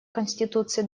конституции